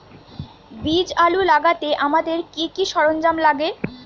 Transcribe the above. বীজ আলু লাগাতে আমাদের কি কি সরঞ্জাম লাগে?